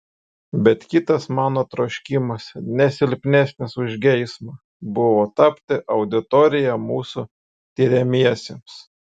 bet kitas mano troškimas ne silpnesnis už geismą buvo tapti auditorija mūsų tiriamiesiems